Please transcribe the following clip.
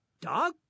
Dog